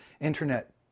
internet